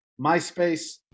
MySpace